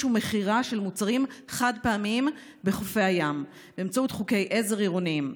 ומכירה של מוצרים חד-פעמיים בחופי הים באמצעות חוקי עזר עירוניים.